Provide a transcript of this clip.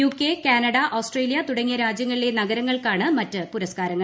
UK Canada Australia തുടങ്ങിയ രാജ്യങ്ങളിലെ നഗരങ്ങൾക്കാണ് മറ്റ് പുരസ്കാരങ്ങൾ